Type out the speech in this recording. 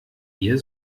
ihr